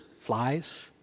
flies